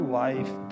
life